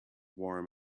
warm